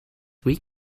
week